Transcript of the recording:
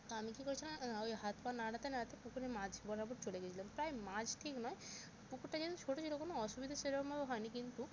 আমি কি করেছিলাম ওই হাত পা নাড়াতে নাড়াতে পুকুরে মাঝ বরাবর চলে গিয়েছিলাম প্রায় মাঝ ঠিক নয় পুকুরটা যেহেতু ছোটো ছিলো কোনো অসুবিধা সেরমভাবে হয় নি কিন্তু